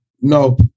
no